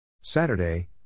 Saturday